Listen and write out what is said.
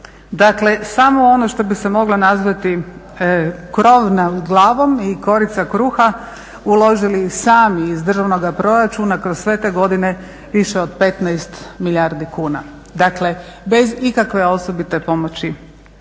dakle samo ono što bi se moglo nazvati krov nad glavom i korica kruha uložili sami iz državnoga proračuna kroz sve te godine više od 15 milijardi kuna. Dakle bez ikakve osobite pomoći